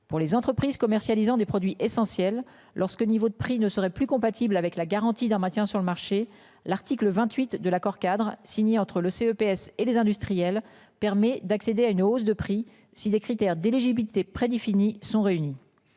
pour les entreprises commercialisant des produits essentiels lorsque niveau de prix ne serait plus compatible avec la garantie d'un maintien sur le marché. L'article 28 de l'accord-cadre signé entre le PS et les industriels permet d'accéder à une hausse de prix. Si les critères d'éligibilité prédéfini sont réunis.